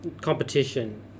competition